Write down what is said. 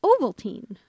Ovaltine